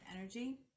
energy